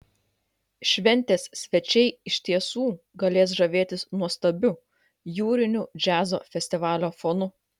šventės svečiai iš tiesų galės žavėtis nuostabiu jūriniu džiazo festivalio fonu